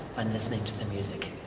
when listening to the music.